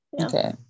okay